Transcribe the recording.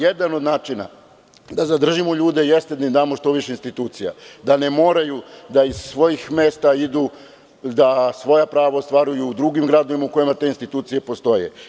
Jedan od načina da zadržimo ljude, jeste da im damo što više institucija, da ne moraju da iz svojih mesta idu, da svoja prava ostvaruju u drugim gradovima u kojima te institucije postoje.